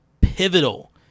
pivotal